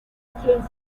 stadium